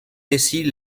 récits